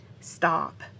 stop